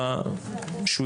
אני